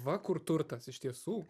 va kur turtas iš tiesų